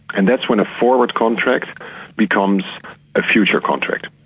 and that's when a forward contract becomes a future contract.